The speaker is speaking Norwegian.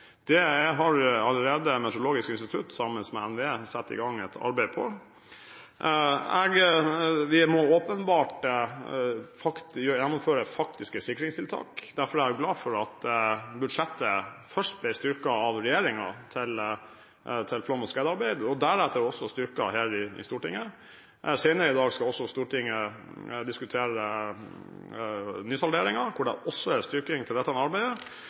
NVE satt i gang et arbeid med. Vi må åpenbart gjennomføre faktiske sikringstiltak. Derfor er jeg glad for at budsjettet først ble styrket av regjeringen til flom- og skredarbeid og deretter også styrket her i Stortinget. Senere skal Stortinget diskutere nysalderingen, hvor det også er styrking til dette arbeidet.